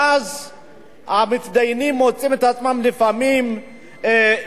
ואז המתדיינים מוצאים את עצמם לפעמים בחוסר